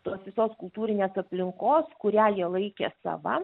tos visos kultūrinės aplinkos kurią jie laikė sava